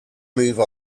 move